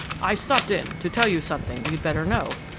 i stopped in to tell you something you'd better know.